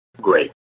great